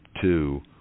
two